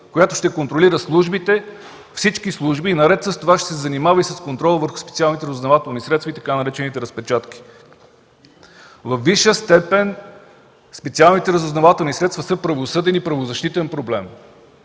която ще контролира всички служби и наред с това ще се занимава и с контрола върху специалните разузнавателни средства, и така наречените „разпечатки”. Във висша степен специалните разузнавателни средства са правосъден и правозащитен проблем.